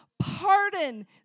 pardon